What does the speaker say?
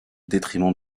détriment